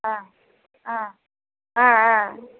ஆ ஆ ஆஆ